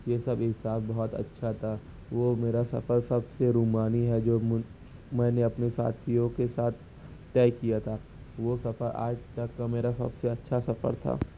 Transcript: یہ سب احساس بہت اچھا تھا وہ میرا سفر سب سے رومانی ہے جو میں نے اپنے ساتھیوں کے ساتھ طے کیا تھا وہ سفر آج تک کا میرا سب سے اچھا سفر تھا